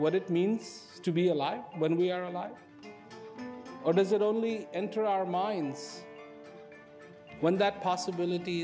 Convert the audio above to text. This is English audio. what it means to be alive when we are alive or does it only enter our minds when that possibility